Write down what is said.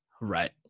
Right